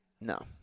No